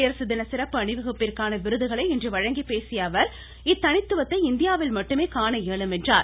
குடியரசு தின சிறந்த அணிவகுப்பிற்கான விருதுகளை இன்று வழங்கி பேசிய அவர் இத்தனித்துவத்தை இந்தியாவில் மட்டுமே காண இயலும் என்றார்